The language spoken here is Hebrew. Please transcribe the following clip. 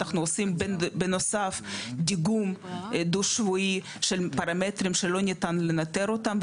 אנחנו עושים בנוסף דיגום דו שבועי של פרמטרים שלא ניתן לנתר אותם,